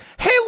hey